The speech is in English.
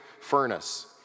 furnace